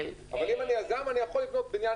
אבל אם אני יזם, אני יכול לבנות בניין